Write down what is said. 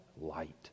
light